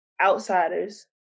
outsiders